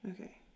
Okay